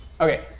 Okay